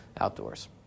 outdoors